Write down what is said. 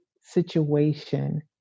situation